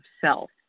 self